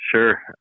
sure